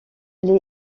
elle